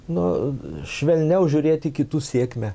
nu švelniau žiūrėt į kitų sėkmę